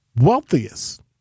wealthiest